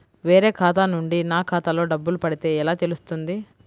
వేరే ఖాతా నుండి నా ఖాతాలో డబ్బులు పడితే ఎలా తెలుస్తుంది?